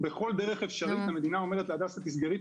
בכל דרך אפשרית המדינה אומרת לבית החולים הדסה לסגור את